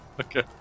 okay